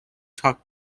tuck